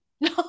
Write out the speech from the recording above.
No